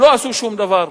הם לא עשו שום דבר,